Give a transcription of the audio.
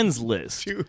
list